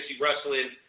wrestling